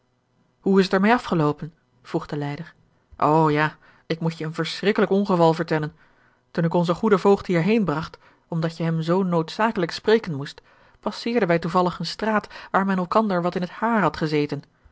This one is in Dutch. hoe is het er meê afgeloopen vroeg de lijder o ja ik moet je een verschrikkelijk ongeval vertellen toen ik onzen goeden voogd hierheen bragt omdat je hem zoo noodzakelijk spreken moest passeerden wij toevallig eene straat waar men elkander wat in het haar had gezeten